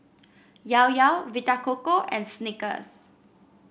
Llao Llao Vita Coco and Snickers